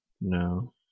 No